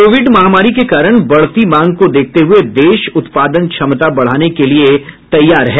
Covid महामारी के कारण बढती मांग को देखते हुए देश उत्पादन क्षमता बढाने के लिए तैयार है